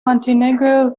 montenegro